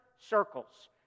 circles